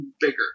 bigger